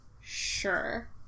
sure